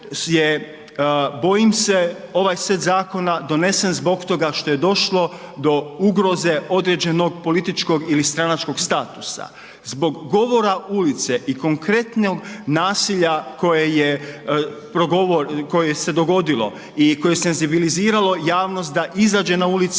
bojim se ovaj set zakon donesen zbog toga što je došlo do ugroze određenog političkog ili stranačkog statusa. Zbog govora ulice i konkretnog nasilja koje se dogodilo i koje je senzibiliziralo javnost da izađe na ulice